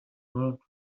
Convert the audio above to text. world